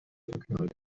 verknallt